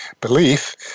belief